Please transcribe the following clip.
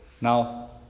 Now